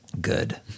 Good